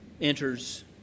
enters